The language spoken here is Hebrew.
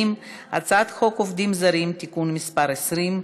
הצעת חוק עובדים זרים (תיקון מס' 20)